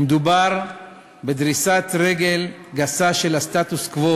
מדובר בדריסת רגל גסה של הסטטוס-קוו